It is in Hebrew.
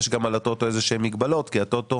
יש גם על ה-טוטו איזה שהן מגבלות כי ה-טוטו